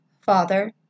Father